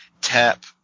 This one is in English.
Tap